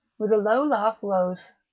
with a low laugh rose.